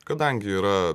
kadangi yra